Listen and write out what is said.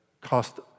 cost